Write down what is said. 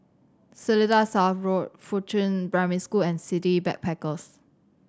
Seletar South Road Fuchun Primary School and City Backpackers